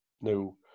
No